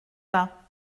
pas